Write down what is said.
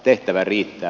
tehtävää riittää